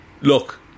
look